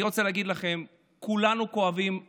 אני רוצה להגיד לכם שכולנו כואבים את